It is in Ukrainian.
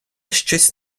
щось